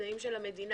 לתנאים של המדינה,